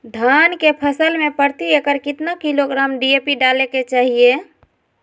धान के फसल में प्रति एकड़ कितना किलोग्राम डी.ए.पी डाले के चाहिए?